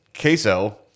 queso